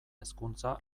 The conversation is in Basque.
hezkuntza